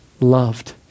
loved